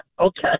okay